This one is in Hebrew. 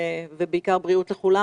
ובעיקר בריאות לכולם.